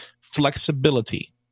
flexibility